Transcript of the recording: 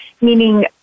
meaning